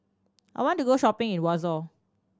I want to go shopping in Warsaw